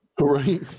Right